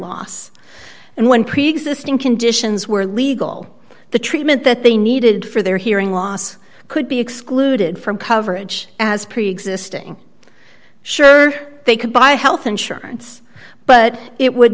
loss and one preexisting conditions were legal the treatment that they needed for their hearing loss could be excluded from coverage as preexisting sure they could buy health insurance but it would